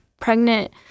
pregnant